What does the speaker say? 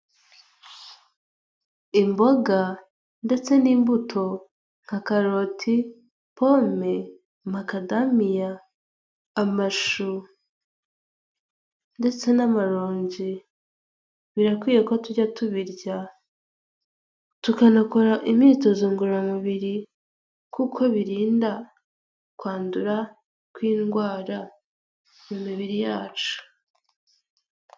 Imboga ndetse n'imbuto nka karoti, pome, makadamiya, amashu ndetse n'amaronji, birakwiye ko tujya tubirya tukanakora imyitozo ngororamubiri kuko birinda kwandura k'indwara mu mibiri yacu.